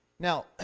Now